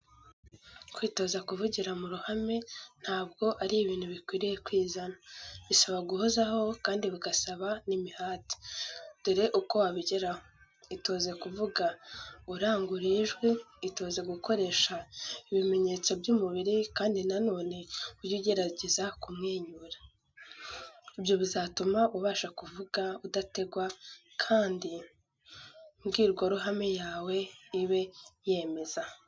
Kwitoza kuvugira mu ruhame ntabwo ari ibintu bikwiriye kwizana. Bisaba guhozaho kandi bigasaba n'imihati. Dore uko wabigeraho: itoze kuvuga uranguruye ijwi, itoze gukoresha ibimenyetso by'umubiri kandi na none, ujye ugerageza kumwenyura. Ibyo bizatuma ubasha kuvuga udategwa kandi imbwirwaruhame yawe ibe yemeza.